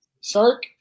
Sark